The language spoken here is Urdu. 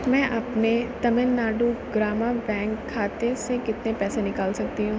میں اپنے تمل ناڈو گرامہ بینک کھاتے سے کتنے پیسے نکال سکتی ہوں